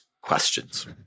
questions